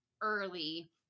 early